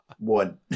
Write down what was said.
one